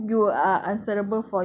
in the sense that